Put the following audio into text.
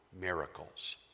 miracles